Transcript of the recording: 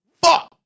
fuck